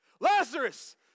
Lazarus